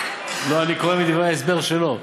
לא, אני קורא מדברי ההסבר שלו.